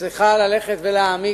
שצריכה עוד להעמיק